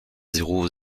zéro